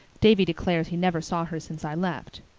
davy declares he never saw her since i left.